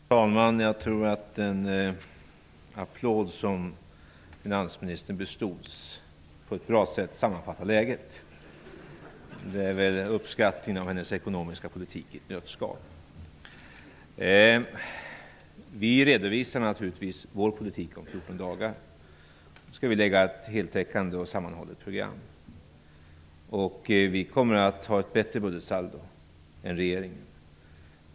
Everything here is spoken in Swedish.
Fru talman! Jag tror att den enstaka applåd som finansministern bestods på ett bra sätt sammanfattar läget. Den är uppskattningen av hennes ekonomiska politik i ett nötskal. Vi redovisar naturligtvis vår politik om 14 dagar. Då skall vi lägga fram ett heltäckande och sammanhållet program. Vi kommer att ha ett bättre budgetsaldo än regeringen.